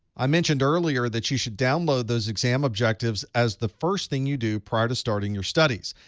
i mentioned earlier that you should download those exam objectives as the first thing you do prior to starting your studies.